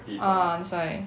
ah that's why